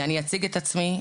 אני אציג את עצמי.